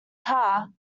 car